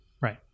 right